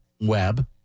web